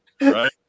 Right